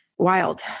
wild